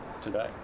today